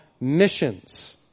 missions